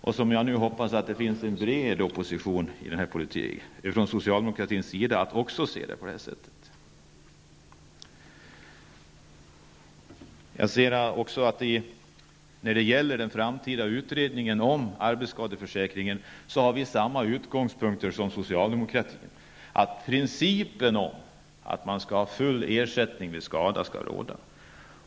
Och jag hoppas att det finns en bred opposition inom socialdemokratin som också ser det på detta sätt. Jag ser också att vi har samma utgångspunkter som socialdemokraterna när det gäller den framtida utredningen om arbetsskadeförsäkringen, att principen om att man skall ha full ersättning vid skada skall råda.